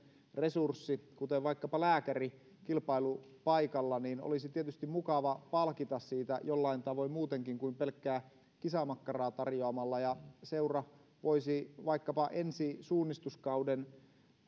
resurssista kuten vaikkapa lääkäristä kilpailupaikalla olisi tietysti mukava palkita jollain tavoin muutenkin kuin pelkkää kisamakkaraa tarjoamalla seura voisi vaikkapa ensi suunnistuskauden